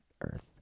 Earth